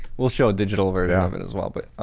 we'll show a digital version of it as well but